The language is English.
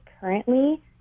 currently